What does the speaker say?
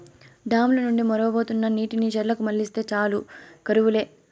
dam ల నుండి మొరవబోతున్న నీటిని చెర్లకు మల్లిస్తే చాలు కరువు లే